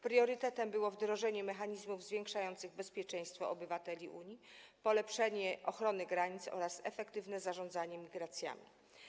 Priorytetem było wdrożenie mechanizmów zwiększających bezpieczeństwo obywateli Unii, polepszenie ochrony granic oraz efektywne zarządzanie migracjami.